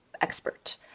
expert